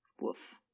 Woof